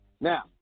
Now